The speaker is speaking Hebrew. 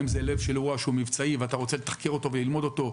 האם זה לב של אירוע שהוא מבצעי ואתה רוצה לתחקר אותו וללמוד אותו,